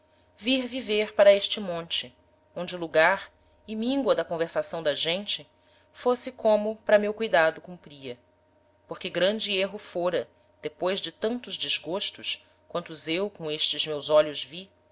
vir viver para este monte onde o lugar e mingoa da conversação da gente fosse como para meu cuidado cumpria porque grande erro fôra depois de tantos desgostos quantos eu com estes meus olhos vi